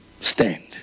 stand